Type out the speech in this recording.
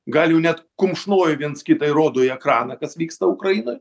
gal jau net kumšnoja viens kitą ir rodo į ekraną kas vyksta ukrainoj